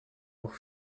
auch